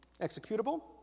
executable